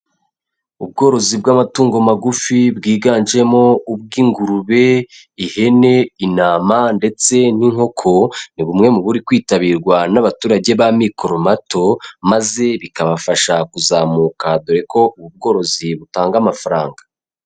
Ubworozi bw'amatungo magufi bwiganjemo ubw'ingurube, ihene, intama ndetse n'inkoko, ni bumwe mu buri kwitabirwa n'abaturage b'amikoro mato, maze bikabafasha kuzamuka dore ko ubworozi butanga amafaranga.